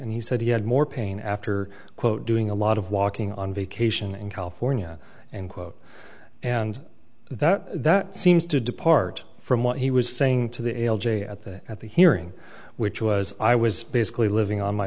and he said he had more pain after quote doing a lot of walking on vacation in california and quote and that that seems to depart from what he was saying to the l j at the at the hearing which was i was basically living on my